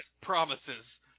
promises